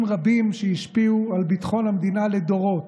רבים שהשפיעו על ביטחון המדינה לדורות,